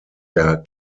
der